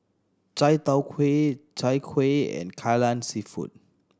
Chai Tow Kuay Chai Kuih and Kai Lan Seafood